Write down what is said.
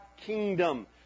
kingdom